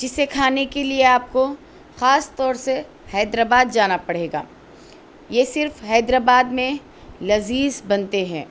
جسے کھانے کے لیے آپ کو خاص طور سے حیدرآباد جانا پڑے گا یہ صرف حیدرآباد میں لذیذ بنتے ہیں